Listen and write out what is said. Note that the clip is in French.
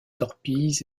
torpilles